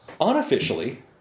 Unofficially